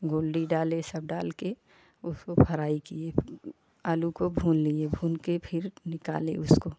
गोल्डी डाले सब डाल के उसको फ्राई किये आलू को भून लिए भून के फिर निकाले उसको